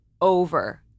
over